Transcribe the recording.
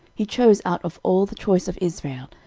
he chose out of all the choice of israel,